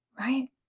right